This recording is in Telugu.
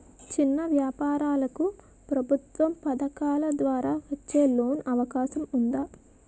చిన్న వ్యాపారాలకు ప్రభుత్వం పథకాల ద్వారా వచ్చే లోన్ అవకాశం ఉందా?